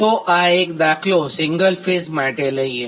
તો આ એક દાખલો સિંગલ ફેઝ માટે લઈએ